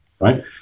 right